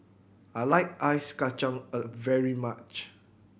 I like Ice Kachang a very much